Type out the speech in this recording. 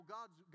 God's